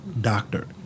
doctor